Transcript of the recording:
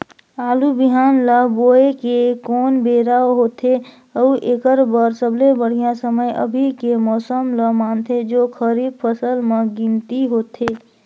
आलू बिहान ल बोये के कोन बेरा होथे अउ एकर बर सबले बढ़िया समय अभी के मौसम ल मानथें जो खरीफ फसल म गिनती होथै?